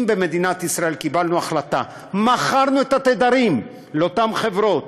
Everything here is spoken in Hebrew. אם במדינת ישראל קיבלנו החלטה ומכרנו את התדרים לאותן חברות,